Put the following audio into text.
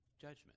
judgment